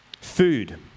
Food